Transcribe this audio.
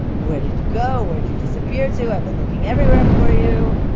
where did you go? where did you disappear to? i've been looking everywhere for you.